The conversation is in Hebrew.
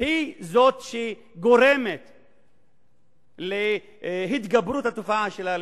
הוא זה שגורם להתגברות התופעה של האלימות,